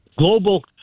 Global